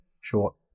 short